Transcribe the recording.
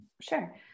Sure